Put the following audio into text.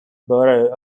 borough